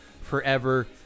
forever